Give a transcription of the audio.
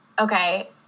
Okay